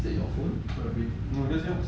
is that your phone